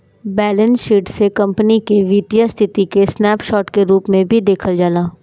balance sheet से company के वित्तीय स्थिति के स्नैप शोर्ट के रूप में भी देखल जाला